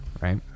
Right